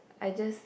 I just